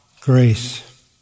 grace